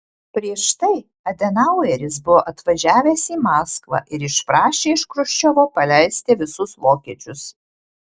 prieš tai adenaueris buvo atvažiavęs į maskvą ir išprašė iš chruščiovo paleisti visus vokiečius